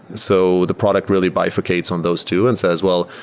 so the product really bifurcates on those two and so as, well,